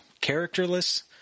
Characterless